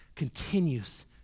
continues